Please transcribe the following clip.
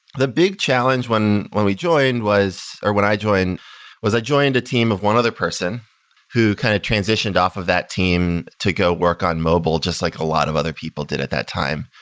the big challenge when when we joined was, or when i joined was i joined a team of one other person who kind of transitioned off of that team to go work on mobile, just like a lot of other people did at that time,